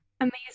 amazing